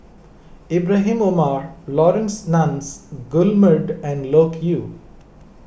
Ibrahim Omar Laurence Nunns Guillemard and Loke Yew